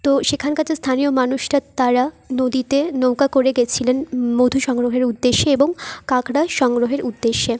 তো সেখানকার যে স্থানীয় মানুষরা তারা নদীতে নৌকা করে গেছিলেন মধু সংগ্রহের উদ্দেশ্যে এবং কাঁকড়া সংগ্রহের উদ্দেশ্যে